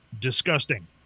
disgusting